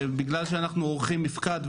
ובגלל שאנחנו עורכים מפקד,